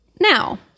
Now